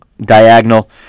diagonal